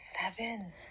Seven